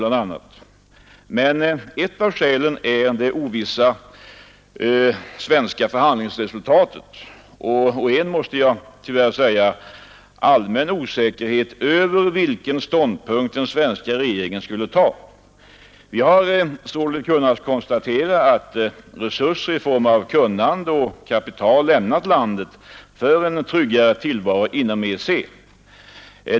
Ett annat skäl är det ovissa svenska förhandlingsresultatet och en, måste jag tyvärr säga, allmän osäkerhet i fråga om vilken ståndpunkt den svenska regeringen skulle ta. Vi har således kunnat konstatera att resurser i form av kunnande och kapital har lämnat landet för en tryggare tillvaro inom EEC.